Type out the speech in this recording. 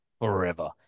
forever